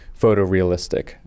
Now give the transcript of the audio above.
photorealistic